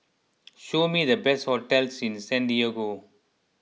show me the best hotels in Santiago